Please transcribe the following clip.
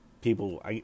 people